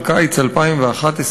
של קיץ 2011,